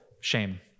shame